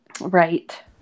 Right